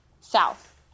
south